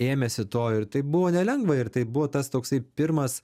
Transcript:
ėmėsi to ir taip buvo nelengva ir tai buvo tas toksai pirmas